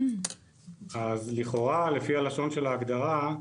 אז לכאורה, לפי הלשון של ההגדרה,